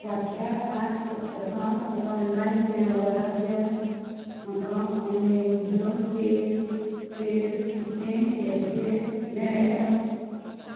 फाटल्या आठ सप्तकांत ऑनलायन वेव्हारांतल्यान म्हाका अमेझॉन पे चेर कितेंय कॅशबॅक मेळ्ळ्या